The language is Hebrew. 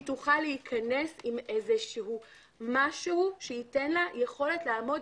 היא תוכל להיכנס עם משהו שייתן לה יכולת לעבוד